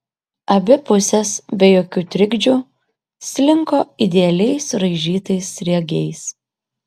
abi pusės be jokių trikdžių slinko idealiai suraižytais sriegiais